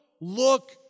look